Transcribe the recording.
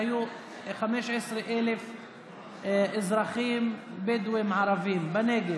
בשנות החמישים אומרים שהיו בערך 15,000 אזרחים בדואים ערבים בנגב.